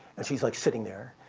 and she's like sitting there.